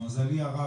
למזלי הרב,